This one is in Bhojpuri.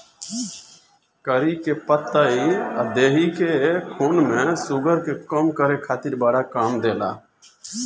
करी के पतइ देहि के खून में शुगर के कम करे खातिर बड़ा काम देला